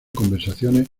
conversaciones